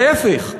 להפך,